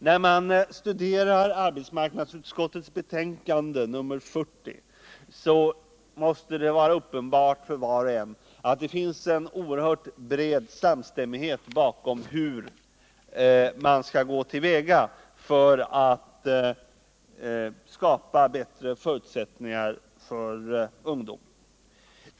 Om man studerar arbetsmarknadsutskottets betänkande nr 40 måste det vara uppenbart för var och en att det finns en mycket bred samstämmighet om hur man skall gå till väga för att skapa bättre förutsättningar för ungdomarna.